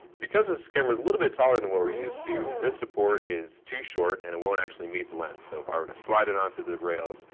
because this camera is a little bit taller than we're used to, this support is too short. and it won't actually meet the lens. so if i were to slide it onto the rails,